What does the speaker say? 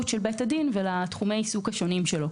של בית הדין ולתחומי העיסוק השונים שלו.